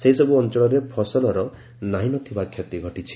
ସେହିସବୁ ଅଞ୍ଚଳରେ ଫସଲର ନାହିଁନଥିବା କ୍ଷତି ଘଟିଛି